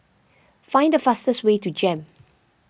Find the fastest way to Jem